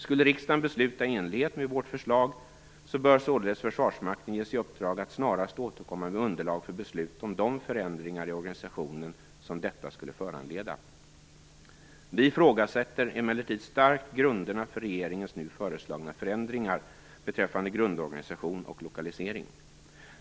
Skulle riksdagen besluta i enlighet med vårt förslag bör således Försvarsmakten ges i uppdrag att snarast återkomma med underlag för beslut om de förändringar i organisationen som detta skulle föranleda. Vi ifrågasätter emellertid starkt grunderna för regeringens nu föreslagna förändringar beträffande grundorganisation och lokalisering.